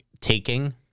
taking